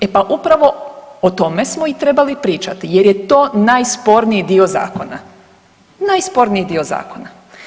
E upravo o tome smo i trebali pričati jer je to najsporniji dio zakona, najsporniji dio zakona.